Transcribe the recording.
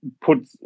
put